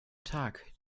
tag